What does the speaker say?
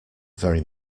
very